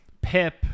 Pip